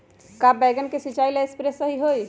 का बैगन के सिचाई ला सप्रे सही होई?